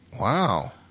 Wow